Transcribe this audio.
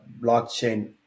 blockchain